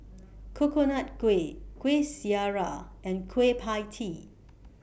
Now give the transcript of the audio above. Coconut Kuih Kuih Syara and Kueh PIE Tee